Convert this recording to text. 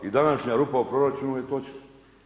I današnja rupa u proračunu je točna.